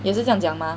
也是这样讲 mah